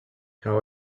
how